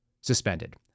suspended